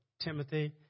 Timothy